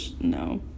no